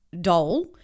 doll